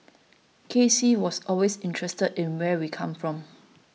K C was always interested in where we come from